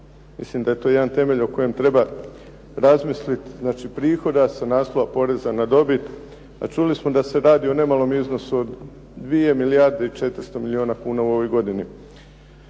Mislim da je to jedan temelj o kojem treba razmisliti, znači prihoda sa naslova poreza na dobit. A čuli smo da se radi o nemalom iznosu od 2 milijarde i 400 milijuna kuna u ovoj godini.